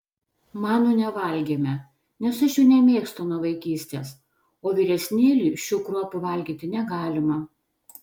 manų nevalgėme nes aš jų nemėgstu nuo vaikystės o vyresnėliui šių kruopų valgyti negalima